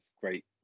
great